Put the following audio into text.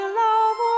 love